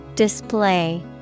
Display